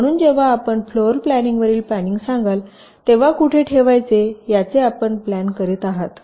म्हणून जेव्हा आपण फ्लोर प्लॅनिंग वरील प्लॅनिंग सांगाल तेव्हा कुठे ठेवायचे याची आपण प्लॅन करीत आहात